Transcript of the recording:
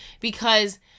Because-